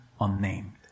unnamed